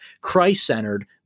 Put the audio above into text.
christ-centered